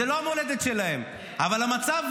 ככה עבדו על היהודים --- אבל המצב,